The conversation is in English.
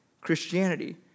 Christianity